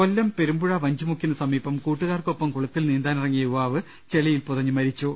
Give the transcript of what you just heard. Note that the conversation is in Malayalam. കൊല്ലം പെരുമ്പുഴ വഞ്ചിമുക്കിനു സമീപം കൂട്ടുകാർക്കൊപ്പം കുളത്തിൽ നീന്താനിറങ്ങിയ യുവാവ് ചെളിയിൽ പുതഞ്ഞ് മരിച്ചു